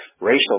racial